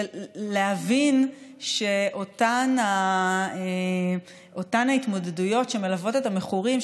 להבין שאותן ההתמודדויות שמלוות את המכורים,